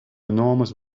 enormous